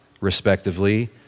respectively